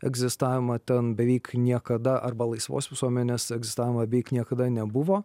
egzistavimą ten beveik niekada arba laisvos visuomenės egzistavimą beveik niekada nebuvo